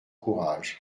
courage